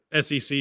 SEC